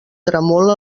tremola